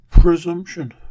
Presumption